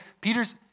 Peter's